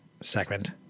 segment